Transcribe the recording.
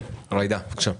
כן, ג'ידא, בבקשה.